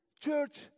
Church